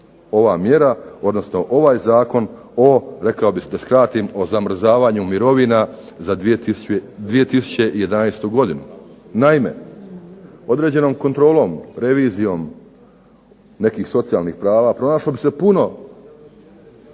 ovakva mjera odnosno Zakon o zamrzavanju mirovina za 2011. godinu. Naime, određenom kontrolom, revizijom nekih socijalnih prava, pronašlo bi se puno